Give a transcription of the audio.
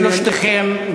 שלושתכם,